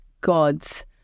God's